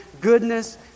goodness